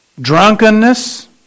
drunkenness